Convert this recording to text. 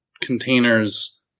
containers